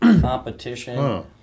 competition